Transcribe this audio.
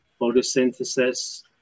photosynthesis